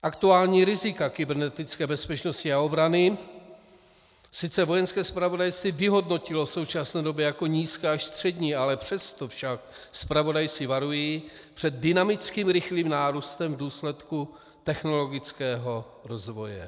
Aktuální rizika kybernetické bezpečnosti a obrany sice Vojenské zpravodajství vyhodnotilo v současné době jako nízké až střední, přesto však zpravodajci varují před dynamickým rychlým nárůstem v důsledku technologického rozvoje.